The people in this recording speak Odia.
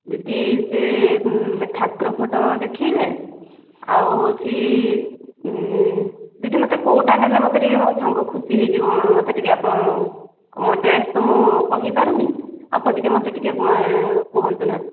ଦିଦି ସେ ଠାକୁର ଫଟୋ ଦେଖାଇବେ ଆଉ ହେଉଛି ଦିଦି ମୋତେ କୋଉଟା ନେଲେ ମୋତେ ମୋ ସାଙ୍ଗ ଟିକିଏ ଖୁସି ହୋଇଯିବ ମୋତେ ଟିକିଏ ଆପଣ ମୋ ଚଏସ୍ ତ ମୁଁ କହିପାରୁନି ଆପଣ ଟିକିଏ ମୋତେ ଟିକିଏ କୁହନ୍ତୁନା